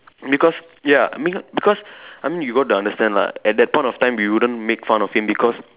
because ya I mean because I mean you got to understand lah at that point of time we wouldn't make fun of him because